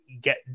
get